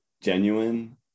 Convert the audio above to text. genuine